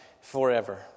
forever